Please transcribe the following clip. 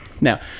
Now